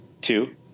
two